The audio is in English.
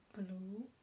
blue